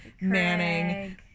Manning